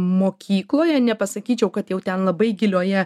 mokykloje nepasakyčiau kad jau ten labai gilioje